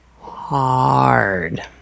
Hard